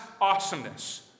awesomeness